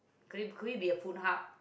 could it could it be a food hub